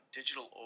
digital